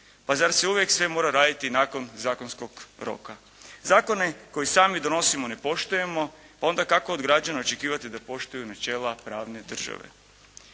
Pa zar se uvijek sve mora raditi nakon zakonskog roka? Zakone koje sami donosimo ne poštujemo, pa onda kako od građana očekivati da poštuju načela pravne države.